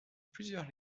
plusieurs